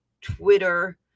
Twitter